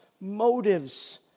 motives